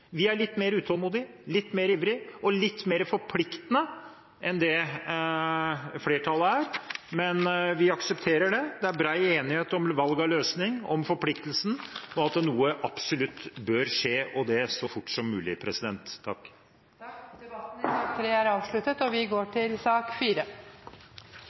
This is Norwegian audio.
litt mer utålmodige, litt mer ivrige, og litt mer forpliktende enn det flertallet er. Men vi aksepterer det, det er bred enighet om valg av løsning, om forpliktelsen og om at noe absolutt bør skje, og det så fort som mulig. Flere har ikke bedt om ordet til sak nr. 3. Etter ønske fra familie- og